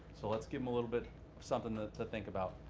so let's give him a little bit of something to think about.